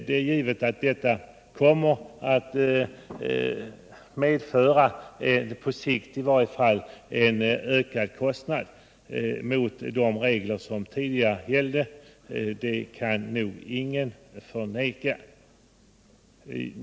Det är givet att detta i varje fall på sikt kommer att medföra ökade kostnader jämfört med de regler som tidigare gällde —det kan nog ingen förneka.